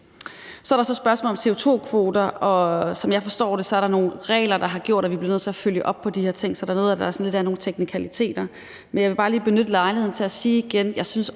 Så er der spørgsmålet om CO2-kvoter, og som jeg forstår det, er der nogle regler, der har gjort, at vi bliver nødt til at følge op på de her ting, så noget af det drejer sig lidt om nogle teknikaliteter. Men jeg vil bare lige benytte lejligheden til at sige igen,